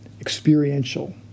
experiential